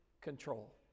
control